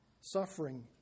suffering